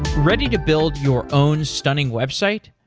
ready to build your own stunning website?